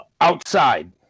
outside